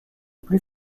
plus